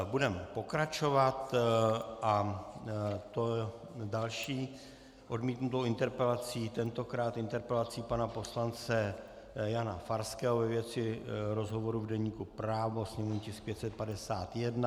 Budeme pokračovat, a to další odmítnutou interpelací, tentokrát interpelací pana poslance Jana Farského ve věci rozhovoru v deníku Právo, sněmovní tisk 551.